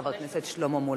חבר הכנסת שלמה מולה.